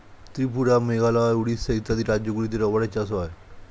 ত্রিপুরা, মেঘালয়, উড়িষ্যা ইত্যাদি রাজ্যগুলিতে রাবার চাষ হয়